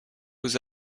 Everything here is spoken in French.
aux